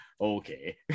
Okay